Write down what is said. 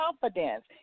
confidence